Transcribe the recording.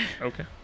Okay